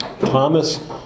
Thomas